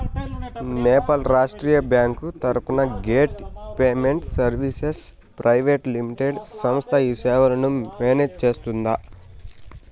Nepal Rastriya bank తరపున gate payment services private limited సంస్థ ఈ సేవలను మేనేజ్ సేస్తుందా?